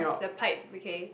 the pipe okay